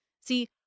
See